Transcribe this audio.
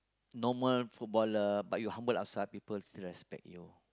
normal footballer but you humble outside people still respect you